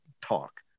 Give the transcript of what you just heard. talk